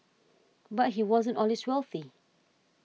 but he wasn't always wealthy